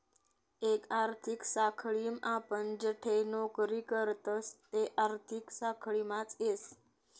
एक आर्थिक साखळीम आपण जठे नौकरी करतस ते आर्थिक साखळीमाच येस